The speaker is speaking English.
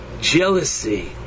jealousy